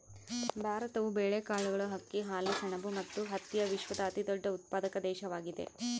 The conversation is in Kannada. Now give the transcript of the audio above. ಭಾರತವು ಬೇಳೆಕಾಳುಗಳು, ಅಕ್ಕಿ, ಹಾಲು, ಸೆಣಬು ಮತ್ತು ಹತ್ತಿಯ ವಿಶ್ವದ ಅತಿದೊಡ್ಡ ಉತ್ಪಾದಕ ದೇಶವಾಗಿದೆ